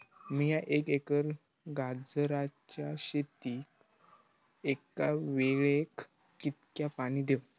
मीया एक एकर गाजराच्या शेतीक एका वेळेक कितक्या पाणी देव?